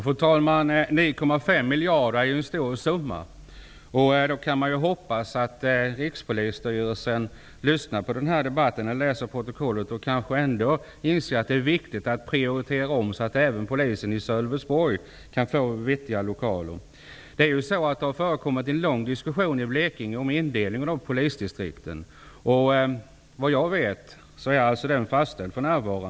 Fru talman! 9,5 miljarder är en stor summa. Man kan hoppas att Rikspolisstyrelsen tar del av den här debatten genom att läsa protokollet och inser att det är viktigt att prioritera om så att även polisen i Sölvesborg kan få vettiga lokaler. I Blekinge har det förekommit en lång diskussion om indelningen av polisdistrikten. Såvitt jag vet är indelningen nu fastställd.